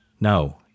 No